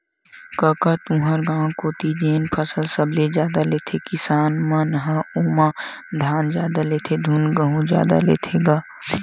कका तुँहर गाँव कोती जेन फसल सबले जादा लेथे किसान मन ह ओमा धान जादा लेथे धुन गहूँ जादा लेथे गा?